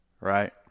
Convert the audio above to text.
right